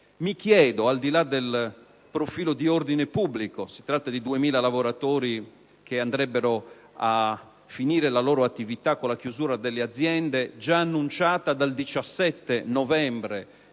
Mi chiedo, al di là del profilo di ordine pubblico (si tratta di 2.000 lavoratori che finirebbero la loro attività con la chiusura delle aziende, già annunciata per il 17 novembre